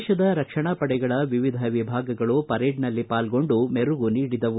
ದೇಶದ ರಕ್ಷಣಾ ಪಡೆಗಳ ವಿವಿಧ ವಿಭಾಗಗಳು ಪರೇಡ್ನಲ್ಲಿ ಪಾಲ್ಗೊಂಡು ಮೆರುಗು ನೀಡಿದವು